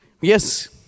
Yes